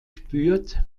spürt